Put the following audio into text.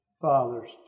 fathers